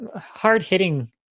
hard-hitting